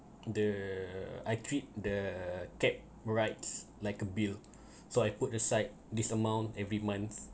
the I treat the cab rides like a bill so I put aside this amount every months